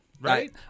right